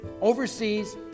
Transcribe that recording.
overseas